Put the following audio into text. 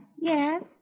Yes